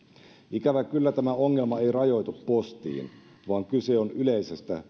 ikävä kyllä tämä ongelma ei rajoitu postiin vaan kyse on yleisestä